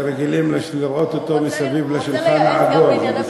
רגילים לראות אותו ליד השולחן העגול.